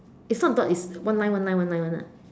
it's not dot it's one line one line one ah